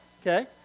okay